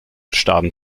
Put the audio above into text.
starben